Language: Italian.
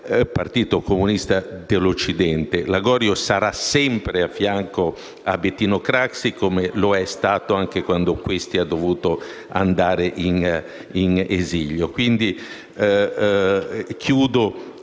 partito comunista dell'Occidente. Lagorio sarà sempre a fianco di Bettino Craxi, come lo è stato anche quando questi è dovuto andare in esilio. Concludo